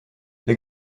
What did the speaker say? der